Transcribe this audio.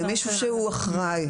זה מישהו שהוא אחראי,